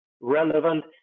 relevant